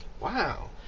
wow